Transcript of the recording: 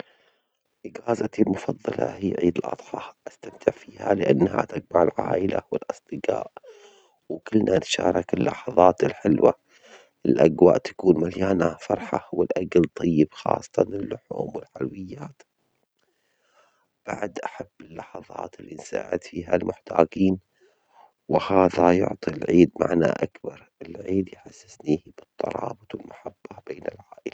أجازتي المفظلة هي عيد الأضحى، أستمتع فيها لأنها تجمع العائلة والأصدجاء وكلنا نتشارك اللحظات الحلوة، الأجواء تكون مليانة فرحة والأكل طيب خاصة اللحوم والحلويات، بعد أحب اللحظات اللي نساعد فيها المحتاجين، وهذا يعطي العيد معنى أكبر، العيد يحسسني بالطاعات والمحبة بين العائلة.